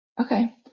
Okay